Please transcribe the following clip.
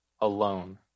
alone